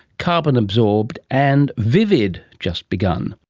carbon absorbed, and vivid, just begun